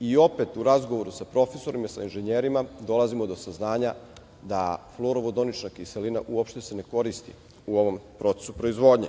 I opet, u razgovoru sa profesorima, sa inženjerima, dolazimo do saznanja da se fluorovodonična kiselina uopšte ne koristi u ovom procesu proizvodnje,